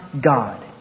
God